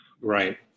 Right